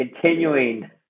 continuing